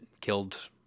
killed